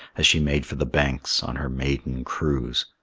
as she made for the banks on her maiden cruise,